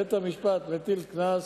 בית-המשפט מטיל קנס,